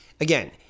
Again